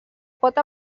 pot